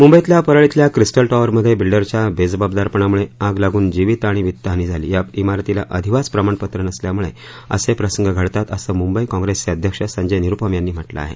मुंबईतल्या परळ शिल्या क्रिस्टल टॉवरमध्ये बिल्डरच्या बेजबाबदारपणामुळे आग लागून जीवित आणि वित्त हानी झाली या िंगरतीला अधिवास प्रमाणपत्र नसल्यामुळे असे प्रसंग घडतात असं मुंबई कॉप्रेसचे अध्यक्ष संजय निरुपम यांनी म्हटलं आहे